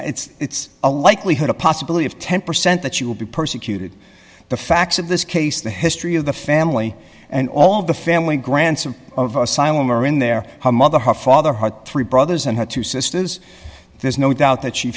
chance it's a likelihood a possibility of ten percent that you will be persecuted the facts of this case the history of the family and all of the family grants or of asylum or in there how mother her father hard three brothers and her two sisters there's no doubt that she